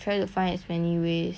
like to earn money